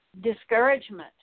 discouragement